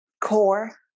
core